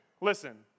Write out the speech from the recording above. listen